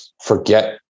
forget